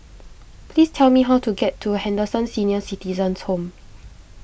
please tell me how to get to Henderson Senior Citizens' Home